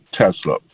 Tesla